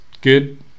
good